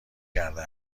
کرده